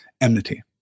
enmity